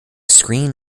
screen